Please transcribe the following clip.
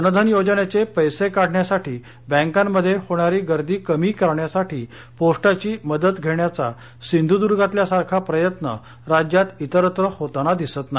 जनधन योजनेचे पैसे काढण्यासाठी बँकांमध्ये होणारी गर्दी कमी करण्यासाठी पोस्टाची मदत घेण्याचा सिंधुद्र्गातल्या सारखा प्रयत्न राज्यात इतरत्र होताना दिसत नाही